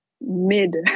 mid